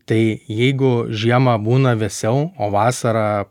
tai jeigu žiemą būna vėsiau o vasarą